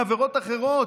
מעבירות אחרות.